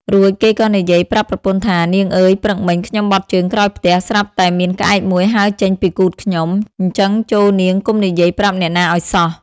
រួចគេក៏និយាយប្រាប់ប្រពន្ធថា៖ "នាងអើយ ព្រឹកមិញ ខ្ញុំបត់ជើងក្រោយផ្ទះ ស្រាប់តែមានក្អែកមួយហើរចេញពីគូទខ្ញុំ ចឹងចូរនាងកុំនិយាយប្រាប់អ្នកណាឱ្យសោះ"។